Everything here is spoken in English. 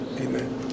Amen